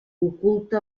oculta